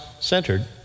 centered